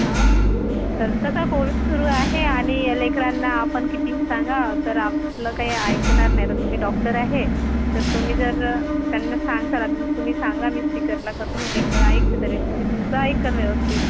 हो तर तसा कोविड सुरू आहे आणि लेकरांना आपण कितीही सांगा तर आपलं काही ऐकणार नाही तर तुम्ही डॉक्टर आहे तर तुम्ही जर त्यांना सांगशाल अजून तुम्ही सांगा मी स्पीकरना करतो मग लेकरं ऐकते तरी म्हणजे तुमचं ऐकेल व्यवस्थित